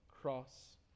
cross